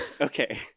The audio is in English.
Okay